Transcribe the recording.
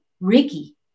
Ricky